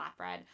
Flatbread